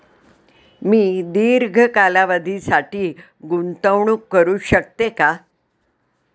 मी दीर्घ कालावधीसाठी गुंतवणूक करू शकते का?